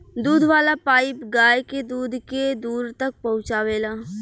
दूध वाला पाइप गाय के दूध के दूर तक पहुचावेला